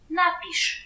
napisz